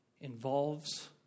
involves